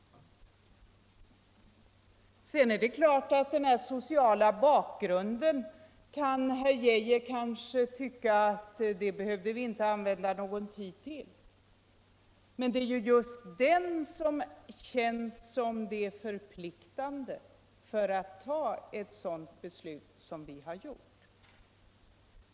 Sedan är det klart att herr Geijer kan tycka att den där sociala bakgrunden behöver vi inte ägna någon tid åt. Men det är ju just den som vi i folkpartiet har tyckt förpliktigat oss att ta vår ståndpunkt.